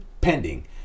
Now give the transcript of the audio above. pending